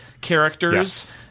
characters